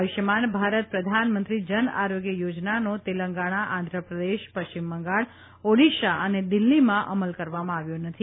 આયુષ્માન ભારત પ્રધાનમંત્રી જન આરોગ્ય યોજનાનો તેલંગણા આંધ્રપ્રદેશ પશ્ચિમ બંગાળ ઓડીશા અને દિલ્હીમાં અમલ કરવામાં આવ્યો નથી